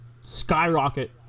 skyrocket